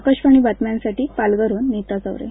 आकाशवाणी बातम्यांसाठी पालघरहन निता चौरे